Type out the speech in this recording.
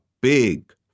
big